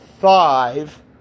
five